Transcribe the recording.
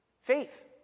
Faith